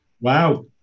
wow